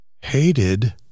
hated